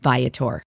Viator